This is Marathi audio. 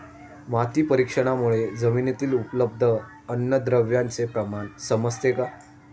माती परीक्षणामुळे जमिनीतील उपलब्ध अन्नद्रव्यांचे प्रमाण समजते का?